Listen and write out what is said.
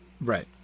Right